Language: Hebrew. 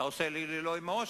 אתה עושה לי "לא לא" עם הראש.